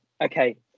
Okay